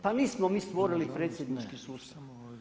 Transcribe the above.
Pa … stvorili predsjednički sustav.